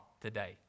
today